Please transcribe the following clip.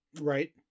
Right